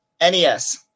NES